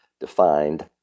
defined